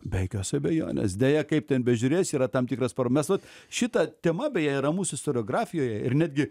be jokios abejonės deja kaip ten bežiūrėsi yra tam tikras para nes vat šita tema beje yra mūsų istoriografijoje ir netgi